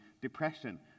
depression